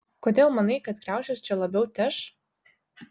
kodėl manai kad kriaušės čia labiau teš